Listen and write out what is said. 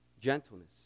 gentleness